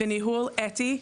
בניהול אתי,